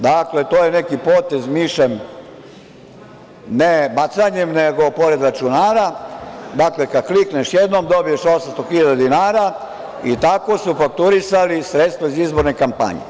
Dakle, to je neki potez mišem, ne bacanjem, nego pored računara, dakle, kad klikneš jednoj dobiješ 800.000 dinara i tako su fakturisali sredstva iz izborne kampanje.